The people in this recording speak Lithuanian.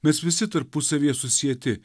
mes visi tarpusavyje susieti